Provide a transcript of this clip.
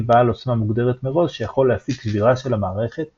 בעל עוצמה מוגדרת מראש שיכול להשיג שבירה של המערכת